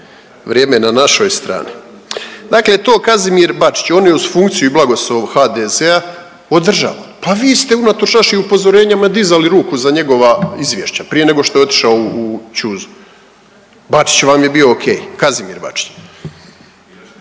vrijeme je na našoj stvari. Dakle to Kazimir Bačić, on je uz funkciju i blagoslov HDZ-a održao, pa vi ste unatoč našim upozorenjima dizali ruku za njegova izvješća prije nego što je otišao u ćuzu. Bačić vam je bio okej, Kazimir Bačić.